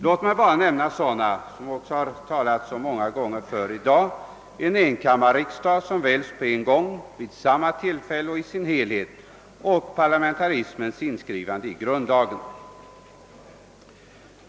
Låt mig bara nämna, vilket många talare gjort tidigare i dag, några fördelar, nämligen dels en enkammarriksdag som väljs i sin helhet vid samma tillfälle, dels parlamentarismens inskrivande i grundlagen.